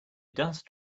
dust